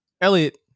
elliot